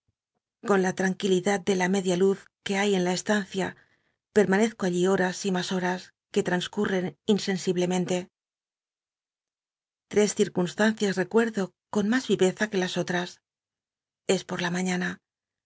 con in tranquilidad de la media luz que hay en la estancia permanezco allí horas y mas hmas que trausctll't'en insensiblemente l'cs circunslancias recuerdo con mas viyeza que las ollas es po la mai'lana